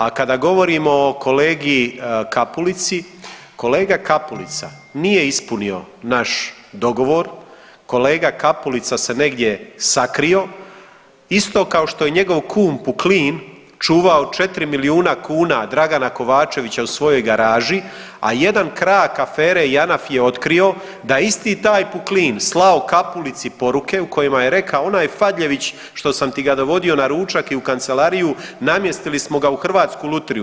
A kada govorimo o kolegi Kapulici, kolega Kapulica nije ispunio naš dogovor, kolega Kapulica se negdje sakrio isto što je i njegov kum Puklin čuvao 4 milijuna kuna Dragana Kovačevića u svojoj garaži, a jedan krak afere JANAF je otkrio da je isti taj Puklin slao Kapulici poruke u kojima je rekao onaj Fadljević što sam ti dovodio na ručak i u kancelariju namjestili smo ga u Hrvatsku lutriju.